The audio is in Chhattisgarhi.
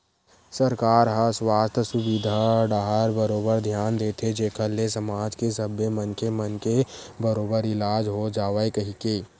सरकार ह सुवास्थ सुबिधा डाहर बरोबर धियान देथे जेखर ले समाज के सब्बे मनखे मन के बरोबर इलाज हो जावय कहिके